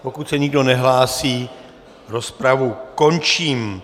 Pokud se nikdo nehlásí, rozpravu končím.